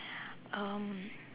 um